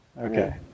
Okay